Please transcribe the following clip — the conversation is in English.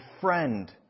friend